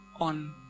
on